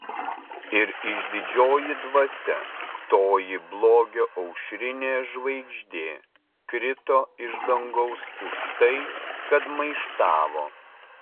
ir išdidžioji dvasia toji blogio aušrinė žvaigždė krito iš dangaus už tai kad maištavo